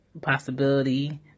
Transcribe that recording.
possibility